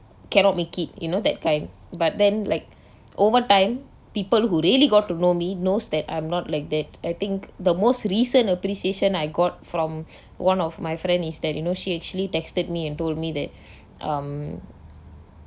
cannot make it you know that kind but then like over time people who really got to know me knows that I am not like that I think the most recent appreciation I got from one of my friend is that you know she actually texted me and told me that um